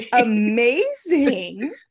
Amazing